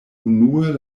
unue